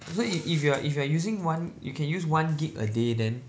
so if if you are if you are using one you can use one gig a day then